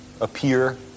appear